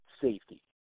safety